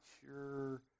sure